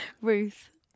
Ruth